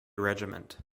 regiment